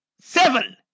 Seven